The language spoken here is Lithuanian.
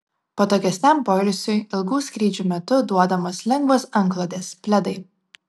patogesniam poilsiui ilgų skrydžių metu duodamos lengvos antklodės pledai